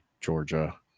Georgia